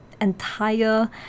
entire